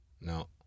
no